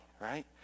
Right